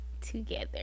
together